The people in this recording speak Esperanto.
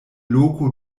loko